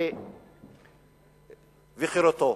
וחירותו.